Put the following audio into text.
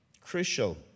crucial